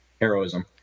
heroism